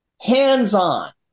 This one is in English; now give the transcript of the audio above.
hands-on